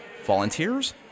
Volunteers